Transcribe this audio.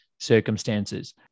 Circumstances